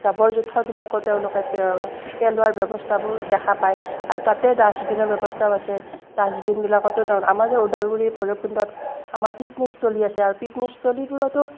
জাবৰ জোঁথৰবিলাকো তেওঁলোকে পেলোৱাৰ ব্যৱস্থাবোৰ দেখা পায় আৰু তাতে ডাষ্টবিনৰ ব্যৱস্থাও আছে ডাষ্টবিনবিলাকতো তাৰমানে আমাৰ ওদালগুৰি ভৰৱকুণ্ডত আমাৰ পিকনিকস্থলী আছে আৰু পিকনিকস্থলীবোৰতো